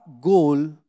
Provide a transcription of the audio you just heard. goal